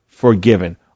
forgiven